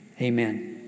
Amen